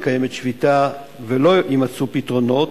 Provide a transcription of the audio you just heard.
מתקיימת שביתה ואם לא יימצאו פתרונות,